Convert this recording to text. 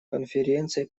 конференцией